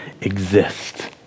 exist